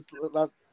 last